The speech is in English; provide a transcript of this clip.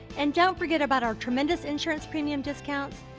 and don't forget about our tremendous insurance premium discount,